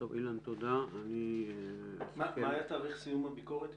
מה היה תאריך סיום הביקורת?